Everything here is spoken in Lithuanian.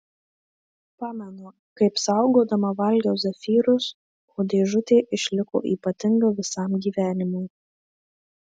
pamenu kaip saugodama valgiau zefyrus o dėžutė išliko ypatinga visam gyvenimui